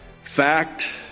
fact